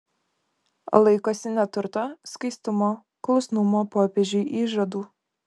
laikosi neturto skaistumo klusnumo popiežiui įžadų